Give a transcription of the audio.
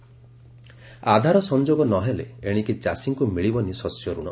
ଆଧାର link Aadhaar ସଂଯୋଗ ନ ହେଲେ ଏଶିକି ଚାଷୀଙ୍କୁ ମିଳିବନି ଶସ୍ୟ ଋଣ